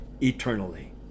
eternally